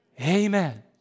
amen